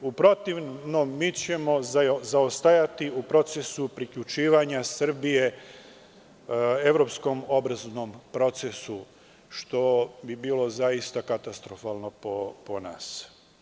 U protivnom, mi ćemo zaostajati u procesu priključivanja Srbije evropskom obrazovnom procesu, što bi bilo zaista katastrofalno po nas.